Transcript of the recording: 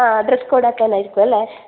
ആ dress code ആക്കാനായിരിക്കും അല്ലേ